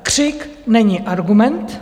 Křik není argument.